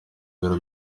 biro